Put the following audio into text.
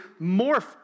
morph